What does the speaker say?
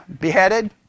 beheaded